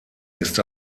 ist